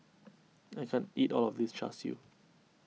I can't eat all of this Char Siu